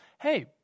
hey